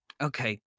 Okay